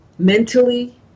mentally